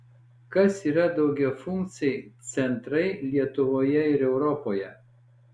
kas yra daugiafunkciai centrai lietuvoje ir europoje